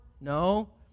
No